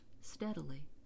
steadily